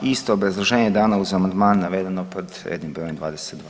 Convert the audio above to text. Isto obrazloženje dano uz amandman navedeno pod redni broj 22.